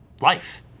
life